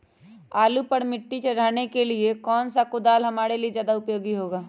आलू पर मिट्टी चढ़ाने के लिए कौन सा कुदाल हमारे लिए ज्यादा उपयोगी होगा?